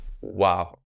wow